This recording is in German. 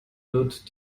wird